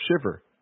shiver